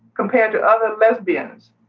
compared to other lesbians,